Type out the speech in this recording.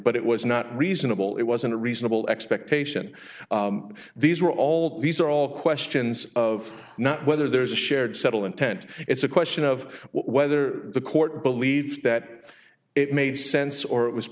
but it was not reasonable it wasn't a reasonable expectation these were all these are all questions of not whether there's a shared settle intent it's a question of whether the court believed that it made sense or it was